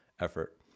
effort